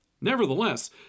Nevertheless